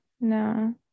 no